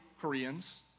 Koreans